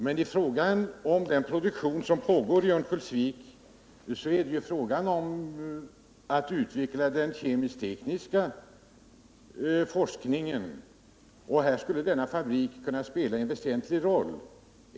Men det är inte bara från sysselsättningssynpunkt som det har betydelse att Berol Kemi i Örnsköldsvik kan fortsätta sin verksamhet.